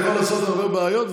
אני יכול לעשות הרבה בעיות,